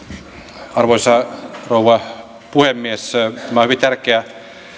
arvoisa rouva puhemies tämä on hyvin tärkeä